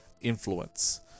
influence